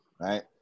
right